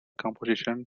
composition